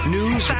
News